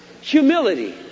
humility